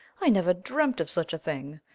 i never dreamt of such a thing.